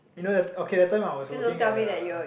you know the okay that time I was working at uh